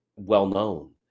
well-known